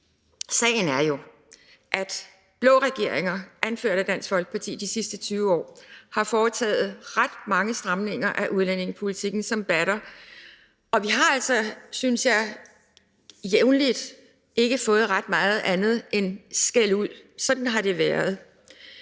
sagen er jo, at blå regeringer anført af Dansk Folkeparti i de sidste 20 år har foretaget ret mange stramninger af udlændingepolitikken, som batter, og vi har altså, synes jeg, jævnligt ikke fået ret meget andet end skældud. Sådan har det været